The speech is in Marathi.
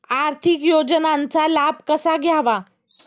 आर्थिक योजनांचा लाभ कसा घ्यावा?